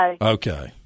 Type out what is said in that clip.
Okay